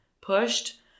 pushed